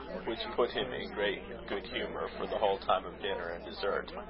which put him in great good-humour for the whole time of dinner and dessert.